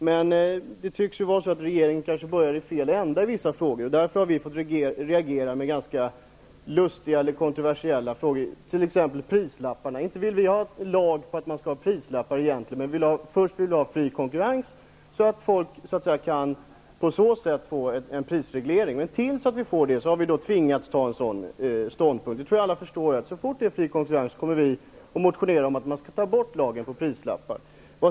Men regeringen tycks ju börja i fel ände i vissa frågor, och därför har vi fått reagera med ganska lustiga eller kontroversiella förslag, t.ex. vad gäller prislapparna. Inte vill vi egentligen ha en lag på att det skall finnas prislappar. Först vill vi ha fri konkurrens, så att folk på så sätt kan få en prisreglering. Men till dess har vi tvingats inta den här ståndpunkten. Det tror jag alla förstår. Så fort det är fri konkurrens kommer vi att motionera om att man skall ta bort lagen om prislappar.